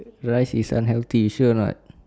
rice is unhealthy sure or not